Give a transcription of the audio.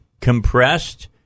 compressed